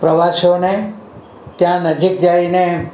પ્રવાસીઓને ત્યાં નજીક જઈને